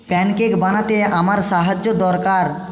pancake বানাতে আমার সাহায্য দরকার